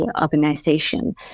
organization